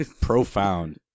Profound